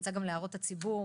יצא גם להערות הציבור